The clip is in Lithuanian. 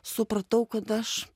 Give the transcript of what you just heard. supratau kad aš